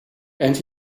and